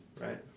Right